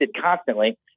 constantly